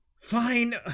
Fine